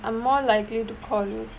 I'm more likely to call you